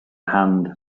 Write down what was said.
hand